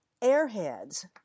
airheads